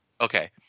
Okay